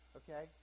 okay